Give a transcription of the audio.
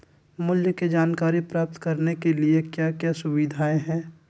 मूल्य के जानकारी प्राप्त करने के लिए क्या क्या सुविधाएं है?